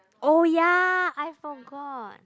oh ya I forgot